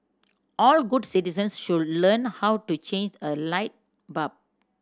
all good citizens should learn how to change a light bulb